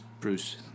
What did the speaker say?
Bruce